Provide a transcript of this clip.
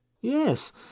Yes